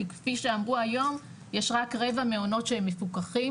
כי כפי שאמרו היום יש רק רבע מעונות שהם מפוקחים,